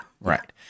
Right